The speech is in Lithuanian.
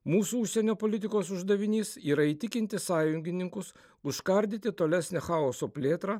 mūsų užsienio politikos uždavinys yra įtikinti sąjungininkus užkardyti tolesnę chaoso plėtrą